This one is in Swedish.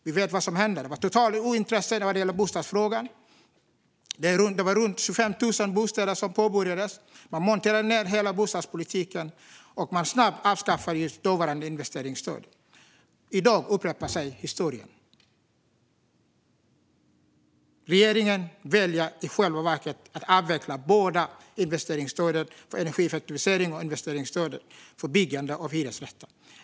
Vi vet vad som hände då: Det var ett totalt ointresse för bostadsfrågan. Runt 25 000 bostäder påbörjades. Man monterade ned hela bostadspolitiken och avskaffade snabbt det dåvarande investeringsstödet. I dag upprepar sig historien. Regeringen väljer att avveckla både investeringsstödet för energieffektivisering och investeringsstödet för byggande av hyresrätter.